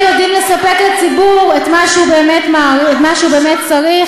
ואתם משוכנעים שרק אתם יודעים לספק לציבור את מה שהוא באמת צריך,